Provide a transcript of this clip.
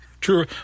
True